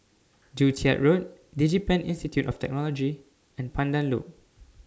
Joo Chiat Road Digipen Institute of Technology and Pandan Loop